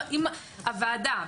אם הוועדה,